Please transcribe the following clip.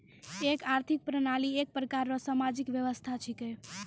एक आर्थिक प्रणाली एक प्रकार रो सामाजिक व्यवस्था छिकै